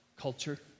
culture